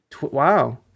Wow